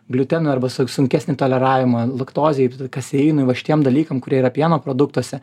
gliuteno arba sun sunkesnį toleravimą laktozei kaseinui va šitiem dalykam kurie yra pieno produktuose